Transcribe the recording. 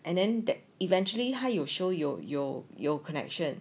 and then that eventually 他有时候有有有 connection